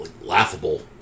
laughable